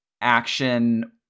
action